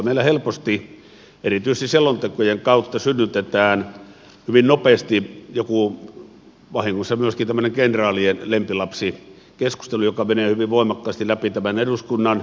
meillä helposti erityisesti selontekojen kautta synnytetään hyvin nopeasti vahingossa myöskin tämmöinen kenraalien lempilapsi keskustelu joka menee hyvin voimakkaasti läpi tämän eduskunnan